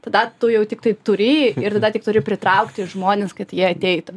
tada tu jau tiktai turi ir tada tik turi pritraukti žmones kad jie ateitų